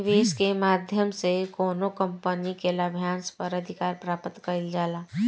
निवेस के माध्यम से कौनो कंपनी के लाभांस पर अधिकार प्राप्त कईल जाला